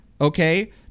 okay